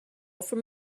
from